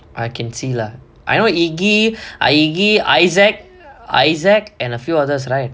I can see lah I know igi igi isaac isaac and a few others right